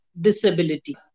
disability